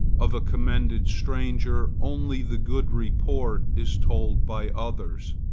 of a commended stranger, only the good report is told by others,